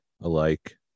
alike